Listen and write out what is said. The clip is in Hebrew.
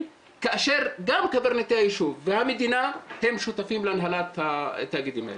כאשר גם קברניטי היישוב והמדינה הם שותפים להנהלת התאגידים האלה.